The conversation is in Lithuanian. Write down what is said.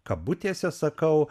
kabutėse sakau